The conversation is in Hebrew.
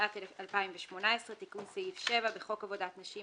התשע"ט 2018. תיקון סעיף 7 1. בחוק עבודת נשים,